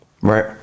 right